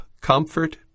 comfort